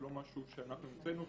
זה לא משהו שאנחנו המצאנו אותו.